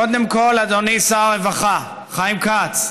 קודם כול, אדוני שר הרווחה חיים כץ,